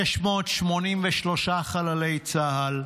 683 חללי צה"ל,